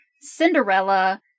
Cinderella